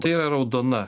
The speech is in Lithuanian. tai yra raudona